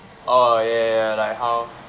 orh ya ya ya like how